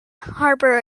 harbour